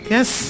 Yes